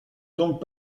donc